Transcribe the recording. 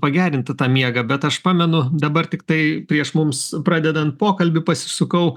pagerinti tą miegą bet aš pamenu dabar tiktai prieš mums pradedant pokalbį pasisukau